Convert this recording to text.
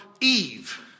Eve